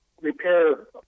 repair